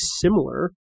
similar